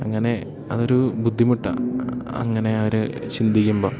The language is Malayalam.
അങ്ങനെ അതൊരു ബുദ്ധിമുട്ടാണ് അങ്ങനെ അവർ ചിന്തിക്കുമ്പം